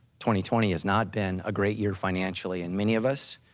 twenty twenty is not been a great year financially and many of us,